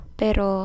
pero